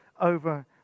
over